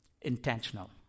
intentional